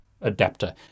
adapter